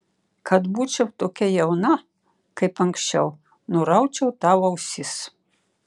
kad būčiau tokia jauna kaip anksčiau nuraučiau tau ausis